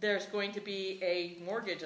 there's going to be a mortgage